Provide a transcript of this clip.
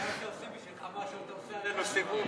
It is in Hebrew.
גם כשעושים בשבילך משהו אתה עושה עלינו סיבוב?